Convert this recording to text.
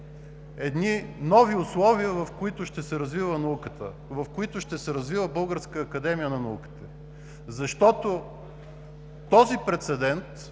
едни нови условия, в които ще се развива науката, в които ще се развива Българската академия на науките. Защото този прецедент